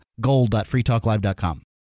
gold.freetalklive.com